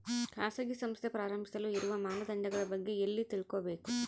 ಖಾಸಗಿ ಸಂಸ್ಥೆ ಪ್ರಾರಂಭಿಸಲು ಇರುವ ಮಾನದಂಡಗಳ ಬಗ್ಗೆ ಎಲ್ಲಿ ತಿಳ್ಕೊಬೇಕು?